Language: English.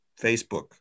Facebook